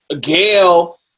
Gail